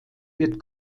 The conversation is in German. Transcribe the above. wird